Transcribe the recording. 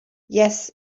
yes